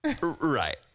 Right